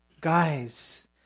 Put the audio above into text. Guys